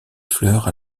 fleurs